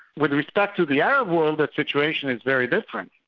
with respect to the arab world the situation is very different.